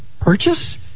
purchase